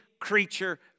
creature